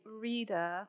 reader